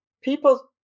people